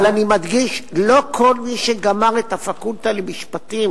אבל אני מדגיש: לא כל מי שגמר את הפקולטה למשפטים